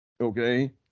Okay